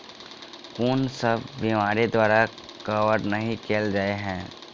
कुन सब बीमारि द्वारा कवर नहि केल जाय है?